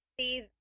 see